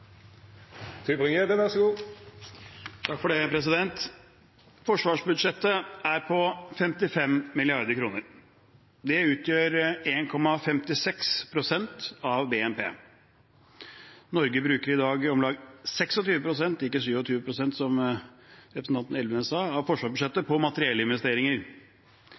Forsvarsbudsjettet er på 55 mrd. kr. Det utgjør 1,56 pst. av BNP. Norge bruker i dag om lag 26 pst. – ikke 27 pst. som representanten Elvenes sa – av forsvarsbudsjettet på materiellinvesteringer.